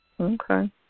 Okay